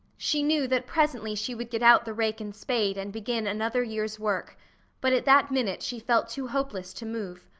she knew that presently she would get out the rake and spade and begin another year's work but at that minute she felt too hopeless to move.